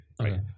right